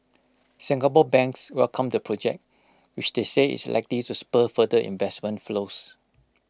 Singapore banks welcomed the project which they say is likely to spur further investment flows